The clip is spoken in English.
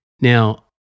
Now